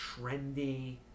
trendy